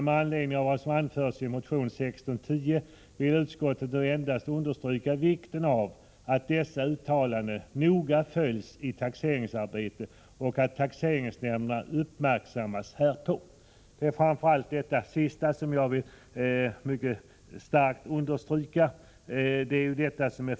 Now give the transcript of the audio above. Med anledning av vad som anförs i motion 1610 vill utskottet nu endast understryka vikten av att dessa uttalanden noga följs i taxeringsarbetet och att taxeringsnämnderna uppmärksammas härpå.” Framför allt det sista vill jag mycket starkt understryka.